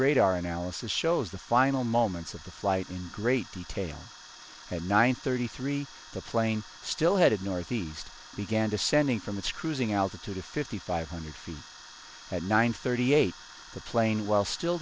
radar analysis shows the final moments of the flight in great detail at nine thirty three the plane still headed northeast began descending from its cruising altitude of fifty five hundred feet at nine thirty eight the plane while still